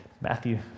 Matthew